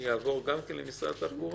יעברו למשרד התחבורה?